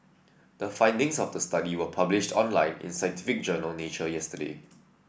the findings of the study were published online in scientific journal Nature yesterday